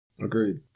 Agreed